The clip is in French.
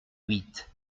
huit